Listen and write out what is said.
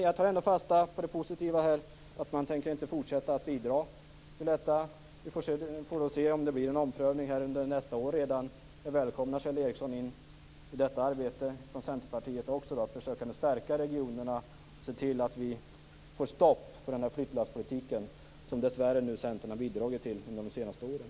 Jag tar ändå fasta på det positiva, nämligen att man inte tänker fortsätta att bidra till detta. Vi får se om det blir en omprövning redan under nästa år. Jag välkomnar Kjell Ericsson in i arbetet att stärka regionerna och se till att vi får stopp på den flyttlasspolitik som centern dessvärre har bidragit till de senaste åren.